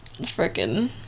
freaking